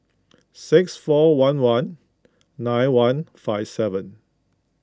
six four one one nine one five seven